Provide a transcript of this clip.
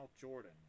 jordan